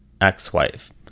ex-wife